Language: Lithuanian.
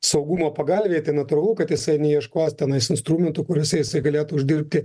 saugumo pagalvei tai natūralu kad jisai neieškos tenai instrumentų kuriose galėtų uždirbti